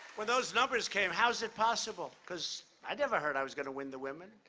when those numbers came, how is it possible? because i never heard i was going to win the women.